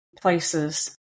places